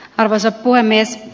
arvoisa puhemies